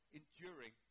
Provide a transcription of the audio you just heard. enduring